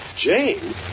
Jane